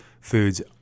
foods